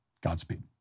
Godspeed